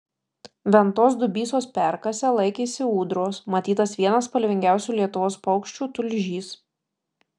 ventos dubysos perkase laikėsi ūdros matytas vienas spalvingiausių lietuvos paukščių tulžys